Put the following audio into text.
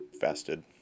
fasted